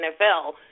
NFL